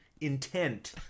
Intent